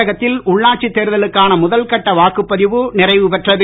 தமிழகத்தில் உள்ளாட்சி தேர்தலுக்கான முதல் கட்ட வாக்குபதிவு நிறைவு பெற்றது